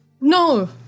No